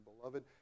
beloved